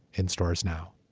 in stores now